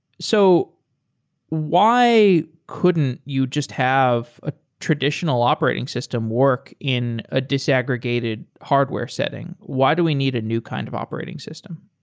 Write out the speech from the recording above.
so why couldn't you just have a traditional operating system work in a disaggregated hardware setting? why do we need a new kind of operating system?